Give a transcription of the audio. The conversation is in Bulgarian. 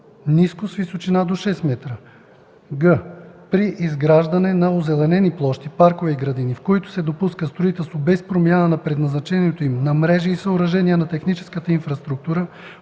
ниско, с височина до 6 м; г) при изграждане на озеленени площи – паркове и градини, в които се допуска строителство без промяна на предназначението им на мрежи и съоръжения на техническата инфраструктура,